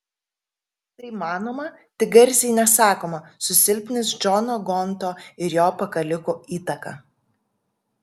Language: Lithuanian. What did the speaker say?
tai manoma tik garsiai nesakoma susilpnins džono gonto ir jo pakalikų įtaką